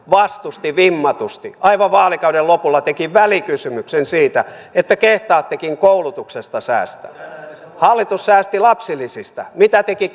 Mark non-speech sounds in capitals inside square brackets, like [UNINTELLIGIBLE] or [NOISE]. vastusti vimmatusti aivan vaalikauden lopulla teki välikysymyksen siitä että kehtaattekin koulutuksesta säästää hallitus säästi lapsilisistä mitä teki [UNINTELLIGIBLE]